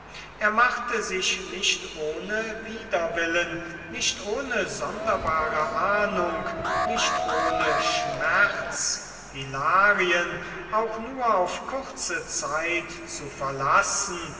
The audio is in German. er machte sich nicht ohne widerwillen nicht ohne sonderbare ahnung nicht ohne schmerz hilarien auch nur auf kurze zeit zu verlassen